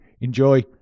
enjoy